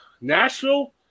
Nashville